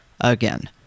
Again